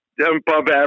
above-average